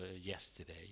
yesterday